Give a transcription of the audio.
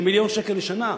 של מיליון שקל לשנה?